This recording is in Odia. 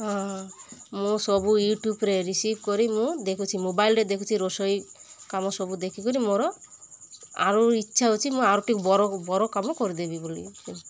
ହଁ ହଁ ମୁଁ ସବୁ ୟୁଟ୍ୟୁବରେ ରିସିଭ୍ କରି ମୁଁ ଦେଖୁଛି ମୋବାଇଲରେ ଦେଖୁଛି ରୋଷେଇ କାମ ସବୁ ଦେଖିକରି ମୋର ଆରୁ ଇଚ୍ଛା ହେଉଛି ମୁଁ ଆଉର ଟିକେ ବର ବର କାମ କରିଦେବି ବୋଲି